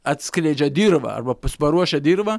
atskleidžia dirvą arba paruošia dirvą